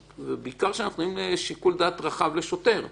ובעיקר שאנחנו נותנים שיקול דעת רחב לשוטר בשטח,